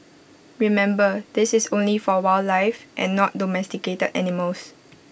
remember this is only for wildlife and not domesticated animals